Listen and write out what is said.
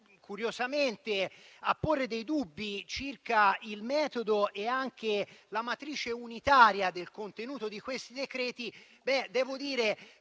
curiosamente a porre dei dubbi circa il metodo e la matrice unitaria del contenuto di questi decreti, farò